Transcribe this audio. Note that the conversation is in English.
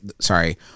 sorry